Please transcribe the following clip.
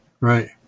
Right